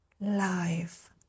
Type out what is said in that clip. life